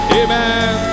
amen